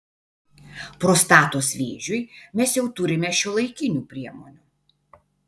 prostatos vėžiui mes jau turime šiuolaikinių priemonių